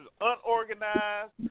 unorganized